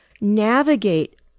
navigate